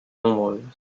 nombreuses